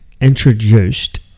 introduced